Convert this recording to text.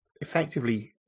effectively